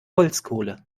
holzkohle